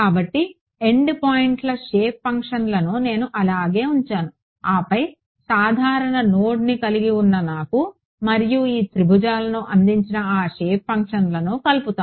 కాబట్టి ఎండ్ పాయింట్ల షేప్ ఫంక్షన్లను నేను అలాగే ఉంచాను ఆపై సాధారణ నోడ్ని కలిగి ఉన్నా నాకు మరియు ఈ త్రిభుజాలను అందించిన ఆ షేప్ ఫంక్షన్లను కలుపుతాను